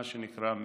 מה שנקרא מצ'ינג.